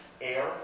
air